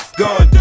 gun